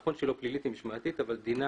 נכון שהיא לא פלילית אלא משמעתית אבל דינה